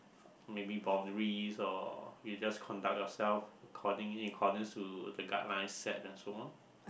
maybe boundaries or you just conduct yourself according in accordance to the guidelines set and so on